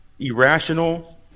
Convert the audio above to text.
Irrational